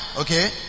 Okay